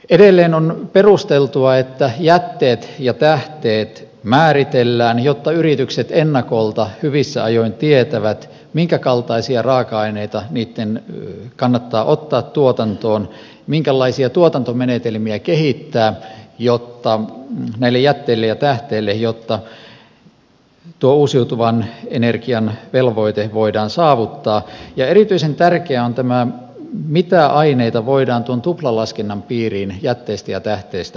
edelleen on perusteltua että jätteet ja tähteet määritellään jotta yritykset ennakolta hyvissä ajoin tietävät minkä kaltaisia raaka aineita niitten kannattaa ottaa tuotantoon minkälaisia tuotantomenetelmiä kehittää näille jätteille ja tähteille jotta tuo uusiutuvan energian velvoite voidaan saavuttaa ja erityisen tärkeä on tämä mitä aineita voidaan tuplalaskennan piiriin jätteistä ja tähteistä käyttää